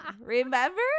Remember